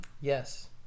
Yes